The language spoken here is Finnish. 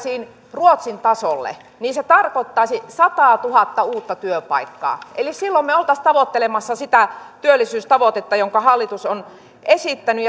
ruotsin tasolle se tarkoittaisi sataatuhatta uutta työpaikkaa eli silloin me olisimme tavoittelemassa sitä työllisyystavoitetta jonka hallitus on esittänyt